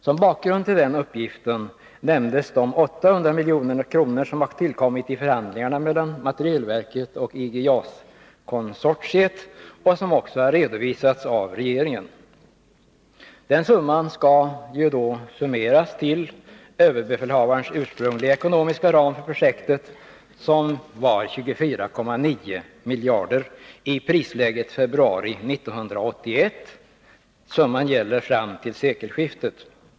Som bakgrund till den uppgiften nämndes de 800 milj.kr. som tillkommit i förhandlingarna mellan materielverket och IG JAS-konsortiet och som också har redovisats av regeringen. Den summan skall läggas till överbefälhavarens ursprungliga ekonomiska ram för projektet, som var 24,9 miljarder i det prisläge som gällde i februari 1981. Summan gäller fram till sekelskiftet.